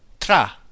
tra